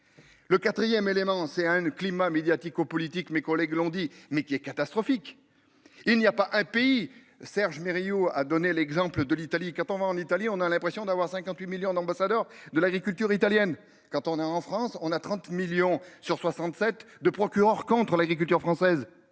Le 4ème élément c'est climat médiatico-politique mes collègues l'ont dit, mais qui est catastrophique. Il n'y a pas un pays. Serge Merriot a donné l'exemple de l'Italie quand on va en Italie, on a l'impression d'avoir 58 millions d'ambassadeurs de l'agriculture italienne. Quand on est en France, on a 30 millions sur 67 de procureurs contre l'agriculture française.